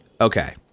Okay